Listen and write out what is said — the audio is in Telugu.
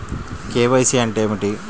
కే.వై.సి అంటే ఏమిటి?